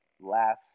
last